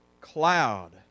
cloud